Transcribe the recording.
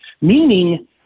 Meaning